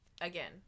again